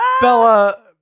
Bella